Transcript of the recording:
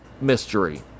mystery